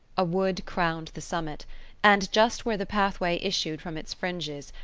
a wood crowned the summit and just where the pathway issued from its fringes,